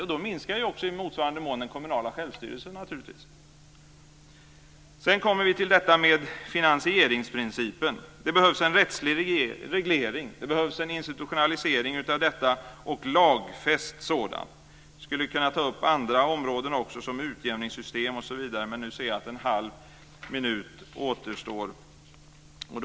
Då minskar i motsvarande mån naturligtvis också den kommunala självstyrelsen. Sedan kommer vi till detta med finansieringsprincipen. Det behövs en rättslig reglering. Det behövs en institutionalisering av detta - en lagfäst sådan. Jag skulle också kunna ta upp andra områden, bl.a. utjämningssystemet, men nu ser jag att det bara återstår en halv minut av min talartid.